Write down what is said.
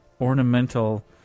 ornamental